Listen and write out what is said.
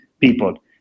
people